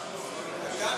יתד,